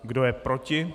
Kdo je proti?